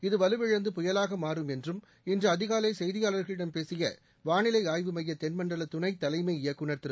இத் வலுவிழந்து புயலாக மாறும் என்றும் இன்று அதிகாலை செய்தியாளர்களிடம் பேசிய வாளிலை ஆய்வு மைய தென்மண்டல துணைத் தலைமை இயக்குநர் திரு